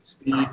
speed